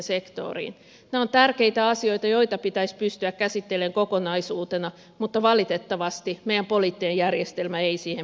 nämä ovat tärkeitä asioita joita pitäisi pystyä käsittelemään kokonaisuutena mutta valitettavasti meidän poliittinen järjestelmämme ei siihen pysty